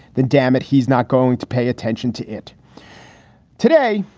then, dammit, he's not going to pay attention to it today.